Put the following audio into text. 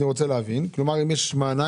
אני רוצה להבין, כלומר אם יש מענק,